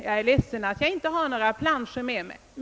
Jag är ledsen att jag här inte har några planscher med mig.